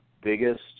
biggest